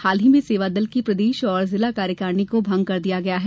हाल ही में सेवादल की प्रदेश और जिला कार्यकारिणी को भंग किया गया है